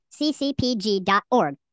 ccpg.org